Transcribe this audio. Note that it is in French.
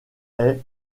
est